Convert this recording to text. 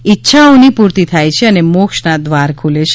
ઇચ્છાઓની પૂર્તિ થાય છે અને મોક્ષના દ્વાર ખૂલે છે